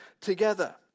together